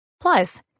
Plus